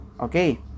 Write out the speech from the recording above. okay